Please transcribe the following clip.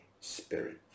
spirit